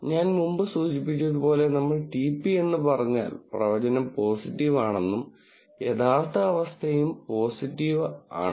ഞാൻ മുമ്പ് സൂചിപ്പിച്ചതുപോലെ നമ്മൾ TP എന്ന് പറഞ്ഞാൽ പ്രവചനം പോസിറ്റീവ് ആണെന്നും യഥാർത്ഥ അവസ്ഥയും പോസിറ്റീവ് ആണെന്നും ആണ്